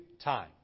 time